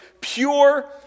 pure